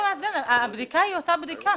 הבדיקה היא אותה בדיקה